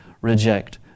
reject